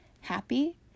happy